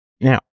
Now